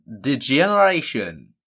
degeneration